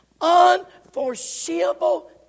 unforeseeable